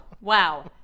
Wow